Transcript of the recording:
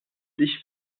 sich